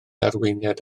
arweiniad